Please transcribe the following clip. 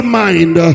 mind